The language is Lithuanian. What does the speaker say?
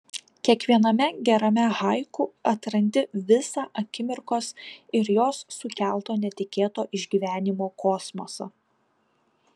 kiekviename gerame haiku atrandi visą akimirkos ir jos sukelto netikėto išgyvenimo kosmosą